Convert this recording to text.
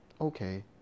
Okay